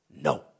No